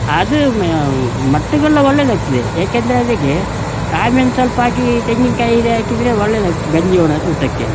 ಆದು ಮಟ್ಟುಗುಳ್ಳ ಒಳ್ಳೆಯದಾಗ್ತದೆ ಏಕೆಂದರೆ ಅದಿಗೆ ಕಾಳು ಮೆಣ್ಸು ಸ್ವಲ್ಪ ಹಾಕಿ ತೆಂಗಿನ್ಕಾಯಿ ಹೀರೆ ಹಾಕಿದರೆ ಒಳ್ಳೆದಾಗಿ ಗಂಜಿ ಒಣ ಊಟಕ್ಕೆ